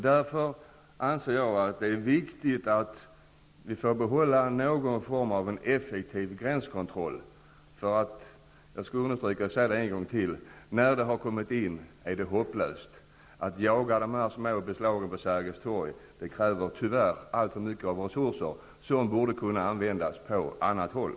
Jag anser därför att det är viktigt att vi får behålla någon form av effektiv gränskontroll. Jag vill än en gång understryka: När narkotikan har kommit in i landet är det hopplöst. Att jaga dessa små beslag på Sergels torg kräver tyvärr alltför mycket resurser som borde kunna användas på annat håll.